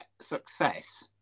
success